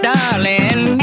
Darling